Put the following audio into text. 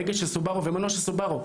הגה של סוברו ומנוע של סוברו,